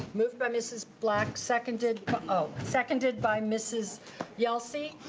move by mrs. black, seconded um seconded by mrs yelsey.